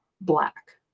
black